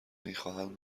میخواهند